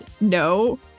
No